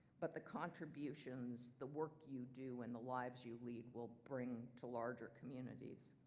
but the contributions the work you do and the lives you lead will bring to larger communities.